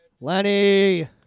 Lenny